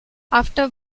after